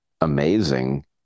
amazing